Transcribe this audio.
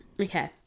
Okay